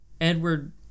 Edward